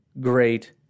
great